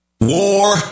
War